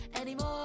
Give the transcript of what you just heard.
anymore